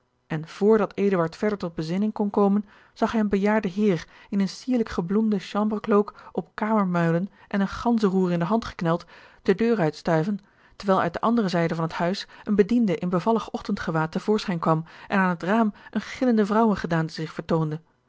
en vrdat eduard verder tot bezinning kon komen zag hij een bejaarden heer in een sierlijk gebloemden chambre cloack op kamermuilen en een ganzenroer in de hand gekneld de deur uitstuiven terwijl uit de andere zijde van het huis een bediende in bevallig ochtendgewaad te voorschijn kwam en aan het raam eene gillende vrouwengedaante zich vertoonde